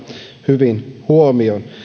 hyvin huomioon